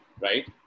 right